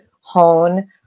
hone